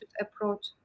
approach